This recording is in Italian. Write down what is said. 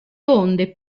onde